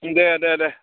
दे दे दे